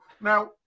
Now